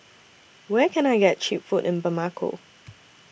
Where Can I get Cheap Food in Bamako